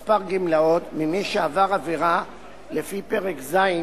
לכמה גמלאות ממי שעבר עבירה לפי פרק ז'